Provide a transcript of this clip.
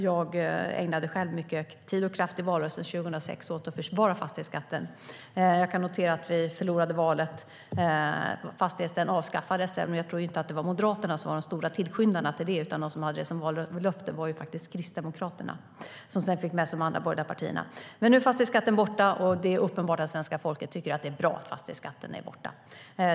Jag ägnade själv mycket tid och kraft i valrörelsen 2006 åt att försvara fastighetsskatten. Jag kan notera att vi förlorade valet. Fastighetsskatten avskaffades sedan. Men jag tror inte att det var Moderaterna som var de stora tillskyndarna till det. Det var faktiskt Kristdemokraterna som hade det som vallöfte och som sedan fick med sig de andra borgerliga partierna. Men nu är fastighetsskatten borta, och det är uppenbart att svenska folket tycker att det är bra.